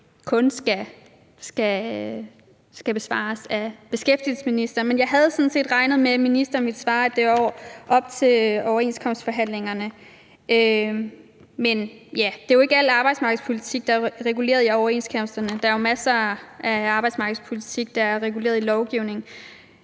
kun skal besvares af beskæftigelsesministeren. Men jeg havde sådan set regnet med, at ministeren ville svare, at det var op til overenskomstforhandlingerne, men det er jo ikke al arbejdsmarkedspolitik, der er reguleret i overenskomsterne. Der er jo masser af arbejdsmarkedspolitik, der er reguleret i lovgivningen.